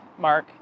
Mark